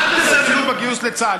אל תזלזלו בגיוס לצה"ל.